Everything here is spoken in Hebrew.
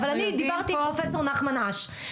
אבל אני דיברתי עם פרופ' נחמן אש,